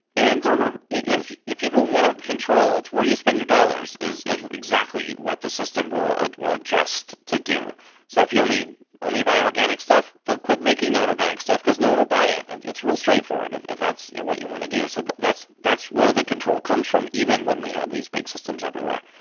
and um if if people want control, it's where you spend your dollars is is exactly what the system will ah will adjust to do so if you only only buy organic stuff, they'll quit making nonorganic stuff because no one will buy it. and it's real straight forward if if that's what you want to do. so that's that's where the control comes from even when we have these big systems everywhere.